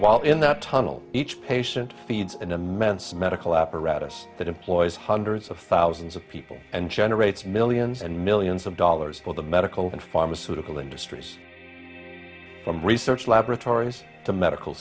while in that tunnel each patient feeds an immense medical apparatus that employs hundreds of thousands of people and generates millions and millions of dollars for the medical and pharmaceutical industries from research laboratories to medical